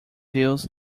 views